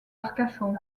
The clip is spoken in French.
arcachon